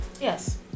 Yes